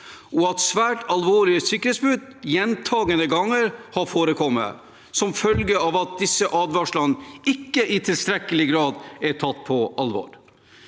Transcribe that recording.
og at svært alvorlige sikkerhetsbrudd gjentatte ganger har forekommet som følge av at disse advarslene ikke i tilstrekkelig grad er tatt på alvor.